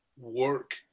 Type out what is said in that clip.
work